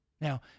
Now